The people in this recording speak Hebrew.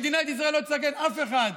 מדינת ישראל לא תסכן אף אחד.